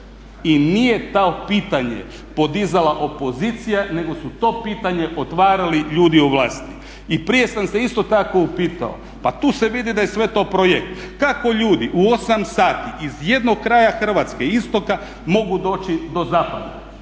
I nije to pitanje podizala opozicija nego su to pitanje otvarali ljudi u vlasti. I prije sam se isto tako upitao pa tu se vidi da je sve to projekt, kako ljudi u 8 sati iz jednog kraja Hrvatske istoka mogu doći do zapada?